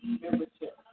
membership